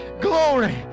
Glory